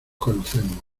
conocemos